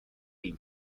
been